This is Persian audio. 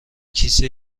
کیسه